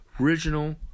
original